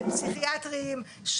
של מאושפזים בבתי חולים פסיכיאטריים,